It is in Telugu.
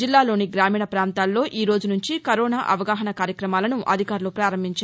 జిల్లాలోని గ్రామీణ ప్రాంతాల్లో ఈ రోజు నుంచి కరోనా అవగాహనా కార్యక్రమాలను అధికారులు పారంభించారు